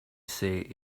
say